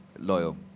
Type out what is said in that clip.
loyal